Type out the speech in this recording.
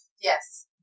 Yes